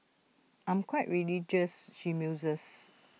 I'm quite religious she muses